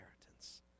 inheritance